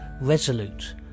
Resolute